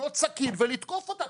לקנות סכין ולתקוף אותה.